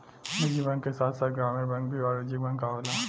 निजी बैंक के साथ साथ ग्रामीण बैंक भी वाणिज्यिक बैंक आवेला